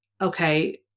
Okay